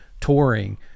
touring